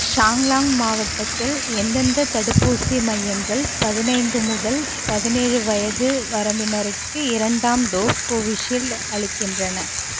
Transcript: சாங்லாங் மாவட்டத்தில் எந்தெந்த தடுப்பூசி மையங்கள் பதினைந்து முதல் பதினேழு வயது வரம்பினருக்கு இரண்டாம் டோஸ் கோவிஷீல்டு அளிக்கின்றன